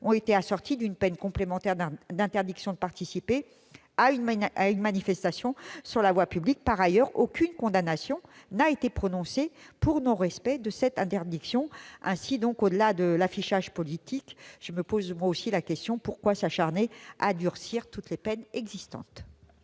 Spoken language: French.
ont été assorties d'une peine complémentaire d'interdiction de participer à une manifestation sur la voie publique. Par ailleurs, aucune condamnation n'a été prononcée pour non-respect de cette interdiction. Aussi, au-delà de l'affichage politique, pourquoi s'acharner à durcir toutes les peines existantes